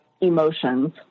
emotions